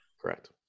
Correct